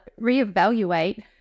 reevaluate